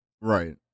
Right